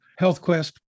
HealthQuest